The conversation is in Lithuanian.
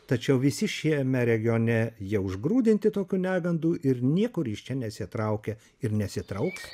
tačiau visi šiame regione jie užgrūdinti tokių negandų ir niekur iš čia nesitraukia ir nesitrauks